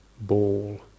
ball